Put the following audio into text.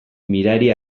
mirari